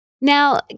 Now